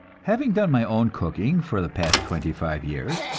having done my own cooking for the past twenty-five years,